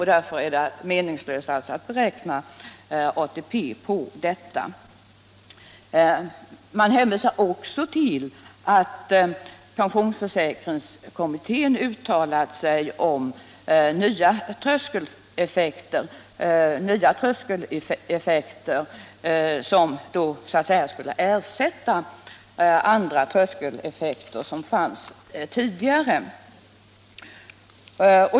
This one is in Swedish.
Därför var det meningslöst att beräkna ATP härpå. Man hänvisade också till att pensionsförsäkringskommittén hade uttalat sig om nya tröskeleffekter som så att säga skulle ersätta andra tröskeleffekter som fanns tidigare.